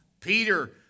Peter